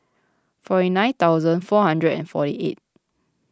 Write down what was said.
four nine thousand four hundred four eight